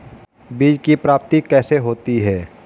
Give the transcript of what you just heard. बीज की प्राप्ति कैसे होती है?